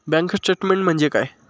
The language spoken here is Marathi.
बँक स्टेटमेन्ट म्हणजे काय?